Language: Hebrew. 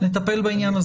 נטפל בעניין הזה.